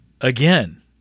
Again